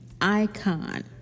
Icon